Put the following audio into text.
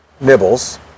nibbles